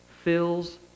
fills